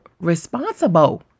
responsible